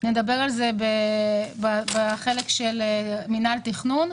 נדבר על זה בחלק של מינהל התכנון.